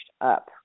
up